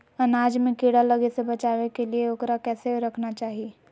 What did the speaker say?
अनाज में कीड़ा लगे से बचावे के लिए, उकरा कैसे रखना चाही?